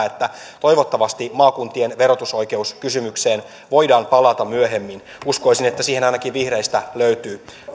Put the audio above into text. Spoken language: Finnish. että toivottavasti maakuntien verotusoikeuskysymykseen voidaan palata myöhemmin uskoisin että siihen ainakin vihreistä löytyy